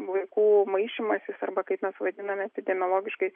vaikų maišymasis arba kaip mes vadiname epidemiologiškai